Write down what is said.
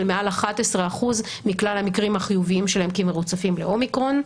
מעל 11% מכלל המקרים החיוביים שלהם כמרוצפים לאומיקרון.